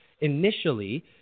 initially